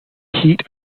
heat